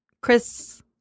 Chris